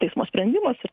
teismo sprendimas ir